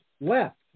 left